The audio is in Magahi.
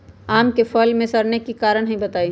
आम क फल म सरने कि कारण हई बताई?